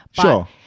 Sure